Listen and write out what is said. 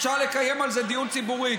אפשר לקיים על זה דיון ציבורי.